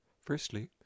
Firstly